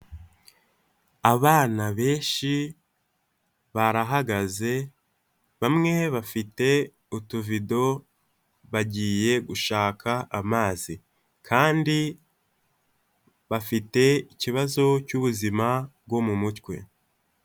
Abana benshi barahagaze, bamwe bafite utuvido bagiye gushaka amazi, kandi bafite ikibazo cy'ubuzima bwo mu mutwe.